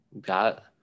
got